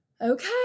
okay